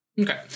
Okay